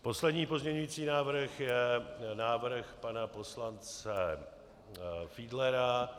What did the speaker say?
Poslední pozměňující návrh je návrh pana poslance Fiedlera.